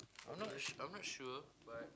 I'm not sure I'm not sure but